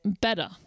better